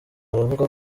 baravuga